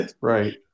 Right